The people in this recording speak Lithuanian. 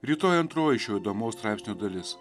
rytoj antroji šio įdomaus straipsnio dalis